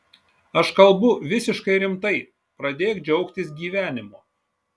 aš kalbu visiškai rimtai pradėk džiaugtis gyvenimu